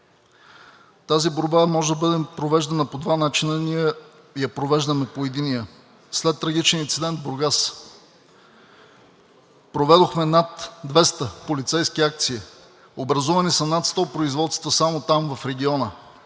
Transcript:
Тази борба може да бъде провеждана по два начина. Ние я провеждаме по единия. След трагичния инцидент в Бургас проведохме над 200 полицейски акции, образувани са над 100 производства – само там в региона,